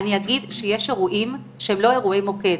יש אירועים שהם לא אירועי מוקד,